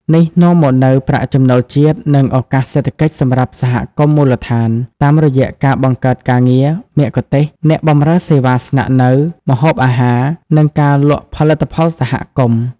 នេះនាំមកនូវប្រាក់ចំណូលជាតិ និងឱកាសសេដ្ឋកិច្ចសម្រាប់សហគមន៍មូលដ្ឋាន តាមរយៈការបង្កើតការងារ មគ្គុទ្ទេសក៍ អ្នកបម្រើសេវាស្នាក់នៅ ម្ហូបអាហារ និងការលក់ផលិតផលសហគមន៍។